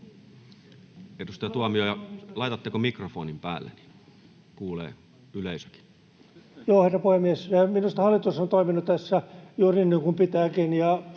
Edustaja Tuomioja, laitatteko mikrofonin päälle, niin kuulee yleisökin. Herra puhemies! Minusta hallitus on toiminut tässä juuri niin kuin pitääkin.